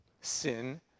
Sin